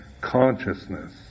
consciousness